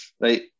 right